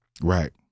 right